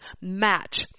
match